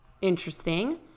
interesting